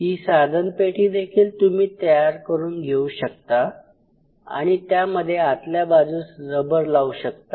ही साधनपेटी देखील तुम्ही तयार करून घेऊ शकता आणि त्यामध्ये आतल्या बाजूस रबर लावू शकता